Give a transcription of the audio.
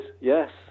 yes